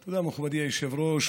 תודה, מכובדי היושב-ראש.